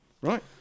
Right